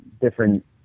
different